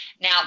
Now